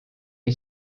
või